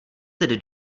tedy